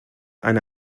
eine